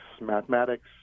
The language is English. mathematics